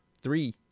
Three